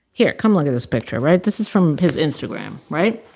here. come look at this picture, right? this is from his instagram, right?